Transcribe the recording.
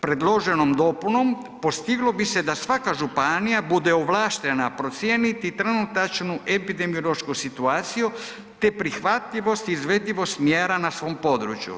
Predloženom dopunom postiglo bi se da svaka županija bude ovlaštena procijeniti trenutačnu epidemiološku situaciju te prihvatljivost, izvedljivost mjera na svom području.